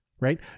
right